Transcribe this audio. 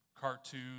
cartoon